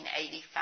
1985